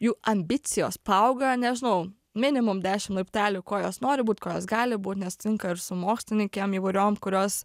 jų ambicijos paauga nežinau minimum dešim laiptelių ko jos nori būt kuo jos gali būt nes tinka ir su mokslininkėm įvairiom kurios